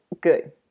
good